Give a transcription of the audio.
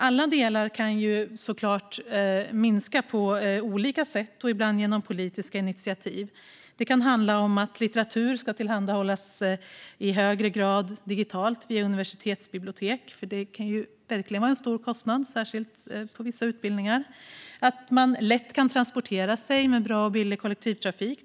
Alla delar kan såklart minskas på olika sätt, ibland genom politiska initiativ. Det kan handla om att litteratur ska tillhandahållas i högre grad digitalt via universitetsbibliotek. Kurslitteratur kan verkligen vara en stor kostnad, särskilt på vissa utbildningar. Det kan handla om att studenten lätt kan transportera sig till sitt lärosäte med bra och billig kollektivtrafik.